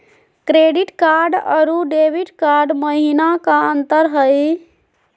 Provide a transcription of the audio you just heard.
Credit card अरू debit card महिना का अंतर हई?